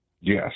Yes